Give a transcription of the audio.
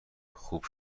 خوب